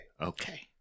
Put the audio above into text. Okay